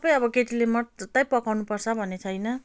सबै अब केटीले मात्रै पकाउँनु पर्छ भन्ने छैन